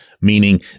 meaning